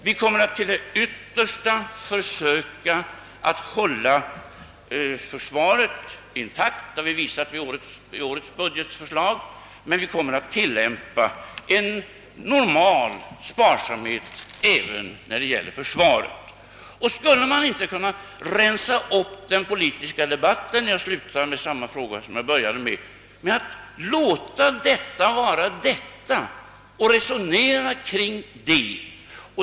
Vi kommer att till det yttersta försöka hålla försvaret intakt — det har vi visat genom årets budgetförslag — men vi kommer att visa normal sparsamhet även när det gäller försvaret. Skulle man inte kunna rensa upp den politiska debatten — jag slutar med samma fråga som jag började med — genom att låta detta vara detta och resonera kring det?